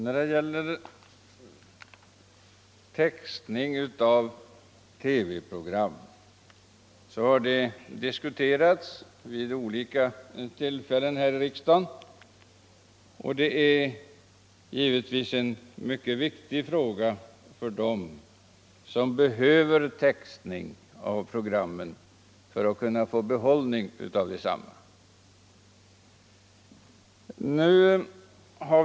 Fru talman! Textning av TV-program har diskuterats vid olika tillfällen här i riksdagen. Det är givetvis en mycket viktig fråga för dem som behöver textning av programmen för att kunna få behållning av dem.